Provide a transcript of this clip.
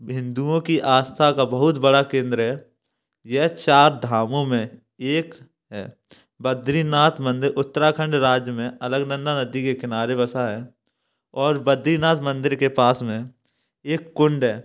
हिंदुओ की आस्था का बहुत बड़ा केंद्र है यह चार धामों में एक है बद्रीनाथ मंदिर उत्तराखंड राज्य में अलकनंदा नदी के किनारे बसा है और बद्रीनाथ मंदिर के पास में एक कुंड है